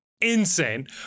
insane